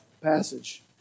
passage